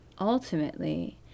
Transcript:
ultimately